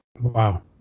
Wow